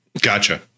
Gotcha